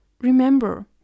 Remember